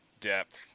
depth